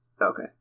Okay